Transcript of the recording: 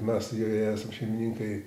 mes joje šeimininkai